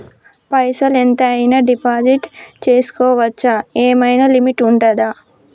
పైసల్ ఎంత అయినా డిపాజిట్ చేస్కోవచ్చా? ఏమైనా లిమిట్ ఉంటదా?